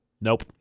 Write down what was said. Nope